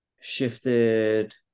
shifted